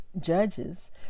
judges